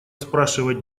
спрашивать